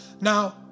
Now